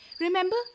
Remember